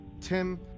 Tim